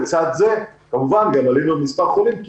לצד זה כמובן גם עלינו במספר החולים כי